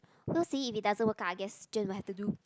so see if it doesn't work out I guess still will have to do